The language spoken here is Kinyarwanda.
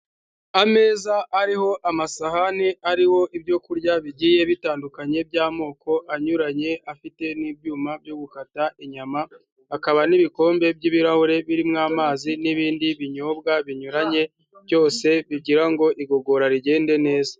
Ameza ariho amasahani ariho ibyo kurya bigiye bitandukanye by'amoko anyuranye, afite n'ibyuma byo gukata inyama, hakaba n'ibikombe by'ibirahure birimo amazi n'ibindi binyobwa binyuranye, byose bigira ngo igogora rigende neza.